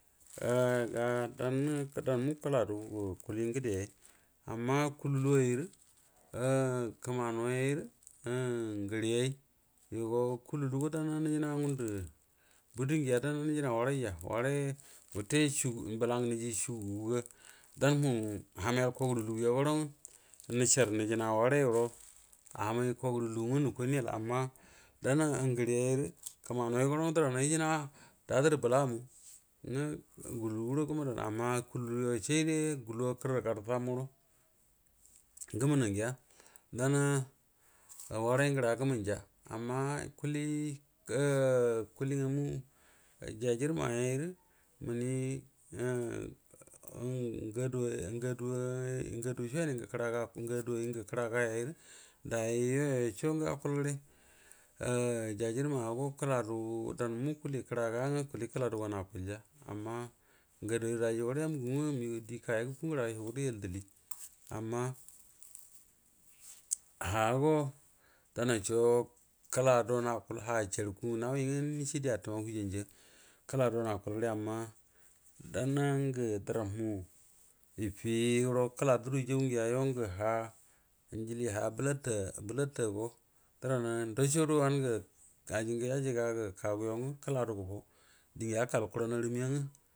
A danmu kəladu gə kuli ngəde namma kululuwairu a komanu wairu a ngriyayi yago kalulugo dango nijina ngu ada budu agiya dana nijina waraija warai wute chugu blaugu higi shuguga danwu hamal koguru luguya goro ugen uishor nijina warairo hamai koguru lugu uga nu kai niyal amma dana ngərayeru kumanai goro draha igina dadərədo lo mu nga guludo gumuda amma kulutuwa sai de guluwa kərə godfa muro gəmunə ngiya dana warai ngəra gəmənja amma kulia kuli ngamu jajirma yairə inni a ngu-ngadu-ngadu wai-ngadu sho yani kəragainu ngadu ngu kəraga gayira dayi yoyisho ngə akul gəre ja jirma go kəladu danmu kuli kəraga nga kuli kəladu ganma akulya amma ngadu wai dai gora yamu nugan nga di farai kayagə ga yagottə iyel dili ammahago dana cho kəladuwan akul ha jar ku ngə nawi nga hishe ditumagə wu ganja kəladuwan akul gəre dana ngə dəranmu ifi gowo kəladru jau ngiya yo ngə ijili ha bəlata bəlata go drana adashoda wahungu ajugə yajiga gu kagu yo nga kəladu gu fan din yakal kuran harəm yauga.